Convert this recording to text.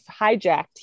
hijacked